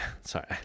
Sorry